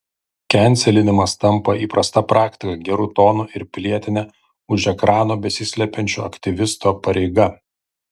kenselinimas tampa įprasta praktika geru tonu ir pilietine už ekrano besislepiančio aktyvisto pareiga